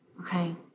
Okay